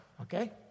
Okay